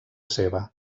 seva